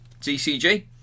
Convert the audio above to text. TCG